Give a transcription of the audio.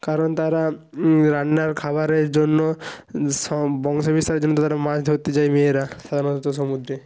কারণ তারা রান্নার খাবারের জন্য স বংশ বিস্তারের জন্য তাদের মাছ ধরতে যায় মেয়েরা সাধারণত সমুদ্রে